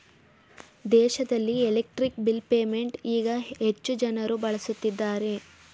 ದೇಶದಲ್ಲಿ electric bill payment ಈಗ ಹೆಚ್ಚು ಜನರು ಬಳಸುತ್ತಿದ್ದಾರೆ